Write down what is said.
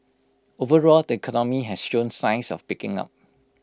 overall the economy has shown signs of picking up